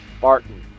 Barton